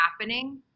happening